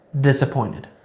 disappointed